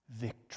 victory